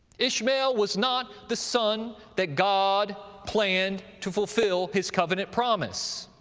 ishmael was not the son that god planned to fulfill his covenant promise,